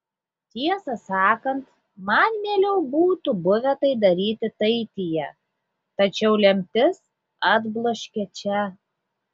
tiesą sakant man mieliau būtų buvę tai daryti taityje tačiau lemtis atbloškė čia